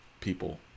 people